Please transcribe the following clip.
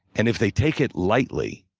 and if they take it likely,